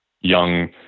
young